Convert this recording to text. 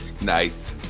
Nice